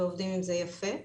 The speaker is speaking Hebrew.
ועובדים עם זה יפה.